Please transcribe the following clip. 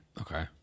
Okay